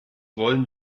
wollen